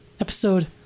episode